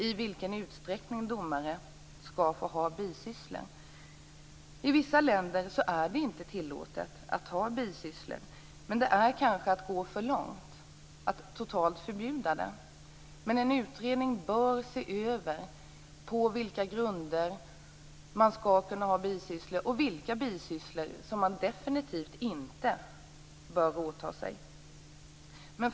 I vissa länder är det inte tillåtet att ha bisysslor. Men det är kanske att gå för långt att totalt förbjuda det. En utredning bör i alla fall se över på vilka grunder domarna skall kunna ha bisysslor, och vilka bisysslor som de definitivt inte bör åta sig. Herr talman!